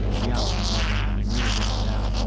the outcome never having really been in doubt.